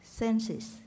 senses